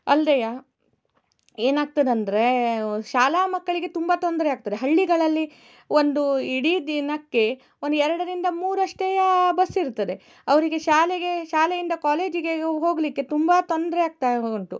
ಅಲ್ದೆ ಏನಾಗ್ತದಂದರೆ ಶಾಲಾ ಮಕ್ಕಳಿಗೆ ತುಂಬ ತೊಂದರೆ ಆಗ್ತದೆ ಹಳ್ಳಿಗಳಲ್ಲಿ ಒಂದು ಇಡೀ ದಿನಕ್ಕೆ ಒಂದು ಎರಡರಿಂದ ಮೂರು ಅಷ್ಟೇ ಬಸ್ ಇರುತ್ತದೆ ಅವರಿಗೆ ಶಾಲೆಗೆ ಶಾಲೆಯಿಂದ ಕಾಲೇಜಿಗೆ ಹೋಗಲಿಕ್ಕೆ ತುಂಬ ತೊಂದರೆ ಆಗ್ತಾ ಉಂಟು